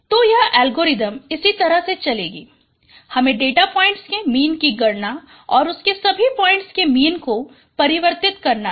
तो यह एल्गोरिथ्म इसी तरह से चलेगी हमें डेटा पॉइंट्स के मीन की गणना और उसके सभी पॉइंट्स के मीन को परिवर्तित करना है